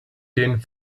den